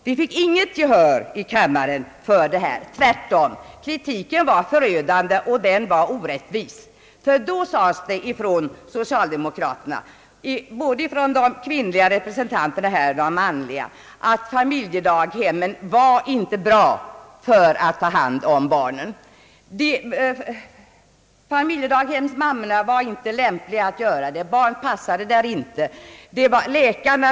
Vi vann inte något gehör i kammaren för våra förslag. Tvärtom var kritiken förödande och orättvis. Socialdemokraterna sade nämligen — både de kvinnliga representanterna och de manliga — att fa miljedaghemmen inte var bra, då det gällde att ta hand om barn. Familjedaghemsmammorna var inte lämpliga att sköta tillsynen. Barn passade inte i familjedaghem.